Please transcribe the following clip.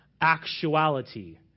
actuality